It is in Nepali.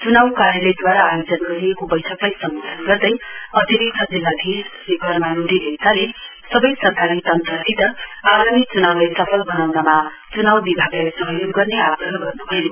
चुनाव कार्यलयदूवारा आयोजन गरिएको बैठकलाई सम्बोधन गर्दै अतिरिक्त जिल्लाधीश श्री कर्मा लोडे लेप्चाले सबै सरकारी तन्त्रसित आगामी चुनाउलाई सफल बनाउनमा चुनाउ विभागलाई सहयोग गर्ने आग्रह गर्नुभयो